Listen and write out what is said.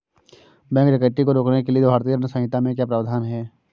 bank डकैती को रोकने के लिए भारतीय दंड संहिता में क्या प्रावधान है